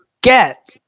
Get